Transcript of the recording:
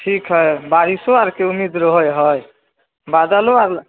ठीक है बारिशो आरके उम्मीद रहे हय बादलो आर